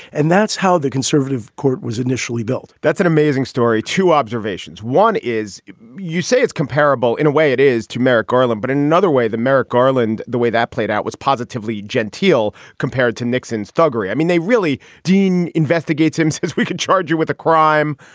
and that's how the conservative court was initially built that's an amazing story. two observations. one is you say it's comparable. in a way it is to merrick garland. but another way, the merrick garland, the way that played out was positively genteel compared to nixon's thuggery. i mean, they really dean investigates him, says we could charge you with a crime.